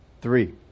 Three